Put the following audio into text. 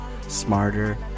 smarter